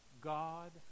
God